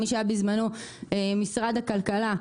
מי שהיה בזמנו משרד הכלכלה,